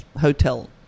hotel